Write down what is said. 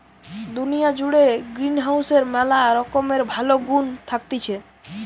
দুনিয়া জুড়ে গ্রিনহাউসের ম্যালা রকমের ভালো গুন্ থাকতিছে